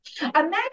Imagine